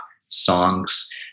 songs